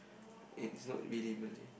and it's not really Malay